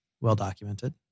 Well-documented